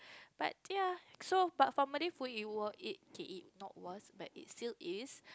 but ya so but for Malay food it was it K it not was but is still is